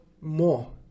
more